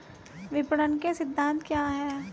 विपणन के सिद्धांत क्या हैं?